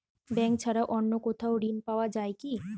Bank ছাড়া অন্য কোথাও ঋণ পাওয়া যায় কি?